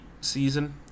season